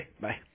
Bye